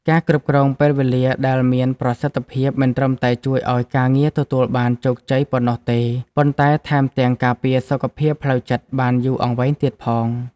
ការគ្រប់គ្រងពេលវេលាដែលមានប្រសិទ្ធភាព មិនត្រឹមតែជួយឱ្យការងារទទួលបានជោគជ័យប៉ុណ្ណោះទេ ប៉ុន្តែថែមទាំងការពារសុខភាពផ្លូវចិត្តឱ្យបានយូរអង្វែងទៀតផង។